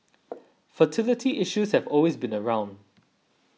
fertility issues have always been around